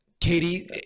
Katie